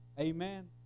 amen